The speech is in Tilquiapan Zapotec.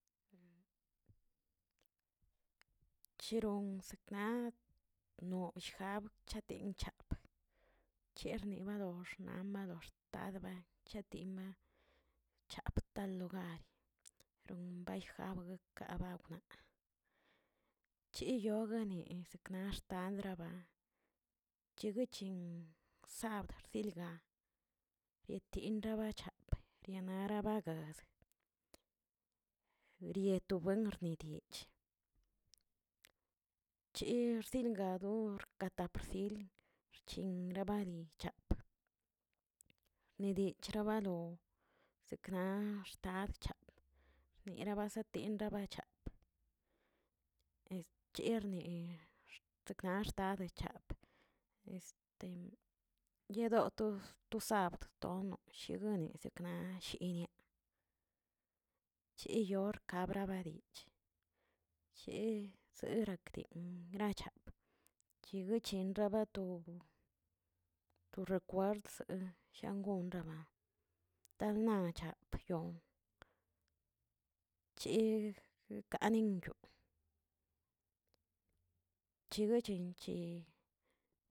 chirons kna jno shjabcha pinchap chierni baloxna malox tadbe chadima chapta logari, ron baeyjabka baukna, chiyogni naꞌ xtandabra cheguichin sabd dilga, yetinda rabacha perriaranabaga rietobuen nirieceh, chi rsingador ka tapxsil xhin gabarucha', ni dich charabalo sekna axt nap cha nira basaten raba chap cherni xekna xtadechaap, este yedoto to sabd to shuguniesekna na shiiniaꞌ, chi yor kabra badi che serakdi gracha, yoguechinraba to- to recuerdzegueꞌ jiangonraba tanacha yon chig kanin yogꞌ, chiguim chichi